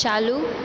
चालू